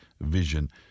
Vision